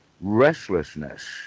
restlessness